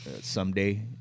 someday